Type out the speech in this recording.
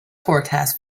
forecast